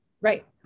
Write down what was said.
Right